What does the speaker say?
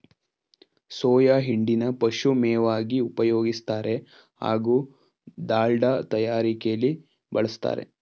soya ಹಿಂಡಿನ ಪಶುಮೇವಾಗಿ ಉಪಯೋಗಿಸ್ತಾರೆ ಹಾಗೂ ದಾಲ್ಡ ತಯಾರಿಕೆಲಿ ಬಳುಸ್ತಾರೆ